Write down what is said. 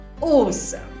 awesome